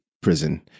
prison